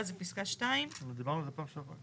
זה פסקה 2. דיברנו על זה פעם שעברה.